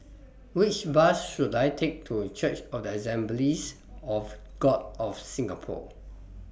Which Bus should I Take to Church of The Assemblies of God of Singapore